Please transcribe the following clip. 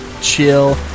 chill